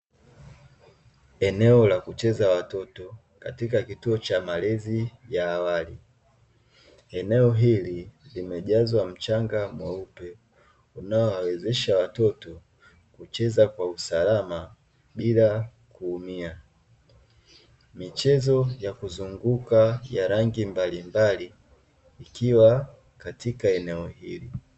Eneo la kucheza watoto katika kituo cha malezi ya awali, eneo hili limejazwa mchanga mweupe unaowawezesha watoto kucheza kwa usalama bila kuumia, michezo ya kuzunguka ya rangi mbalimbali ikiwa katika eneo hili.